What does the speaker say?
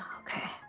Okay